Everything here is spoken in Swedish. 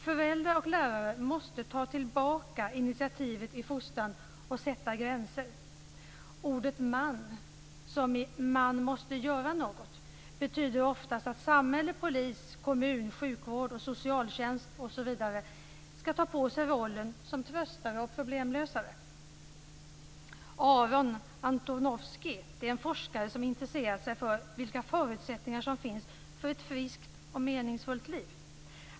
Föräldrar och lärare måste ta tillbaka initiativet i fostran och sätta gränser. Ordet "man" som i "man måste göra något" betyder oftast att samhället, polisen, kommunen, sjukvården, socialtjänsten osv. skall ta på sig rollen som tröstare och problemlösare. Aron Antonovsky är en forskare som intresserat sig för vilka förutsättningar som finns för ett friskt och meningsfullt liv.